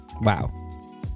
Wow